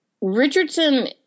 Richardson